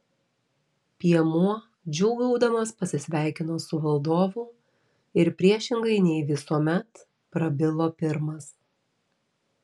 piemuo džiūgaudamas pasisveikino su valdovu ir priešingai nei visuomet prabilo pirmas